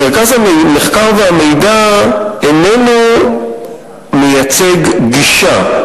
מרכז המחקר והמידע איננו מציג גישה.